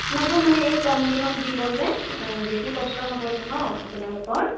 নহয় মানে এই কম দিনত দিব যে বেছি কষ্ট হ'বতো ন আপোনালোকৰ